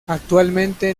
actualmente